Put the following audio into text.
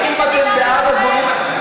האם אתם בעד הדברים האלה?